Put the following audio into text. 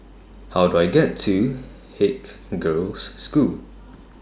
How Do I get to Haig Girls' School